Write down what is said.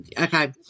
okay